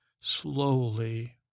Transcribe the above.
Slowly